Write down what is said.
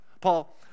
Paul